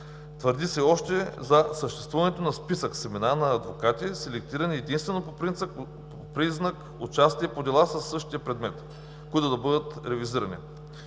Твърди се още за съществуването на списък с имена на адвокати, „селектирани“ единствено по признак участие по дела със същия предмет, които да бъдат ревизирани.